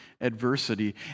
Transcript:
adversity